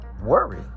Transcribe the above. worry